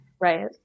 Right